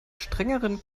strengeren